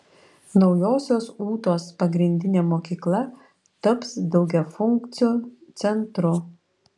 naujosios ūtos pagrindinė mokykla taps daugiafunkciu centru